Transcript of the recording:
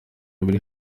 biri